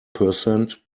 percent